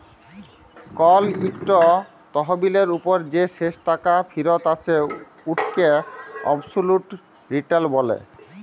call ইকট তহবিলের উপর যে শেষ টাকা ফিরত আসে উটকে অবসলুট রিটার্ল ব্যলে